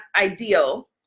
ideal